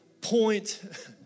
point